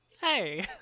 Hey